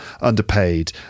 underpaid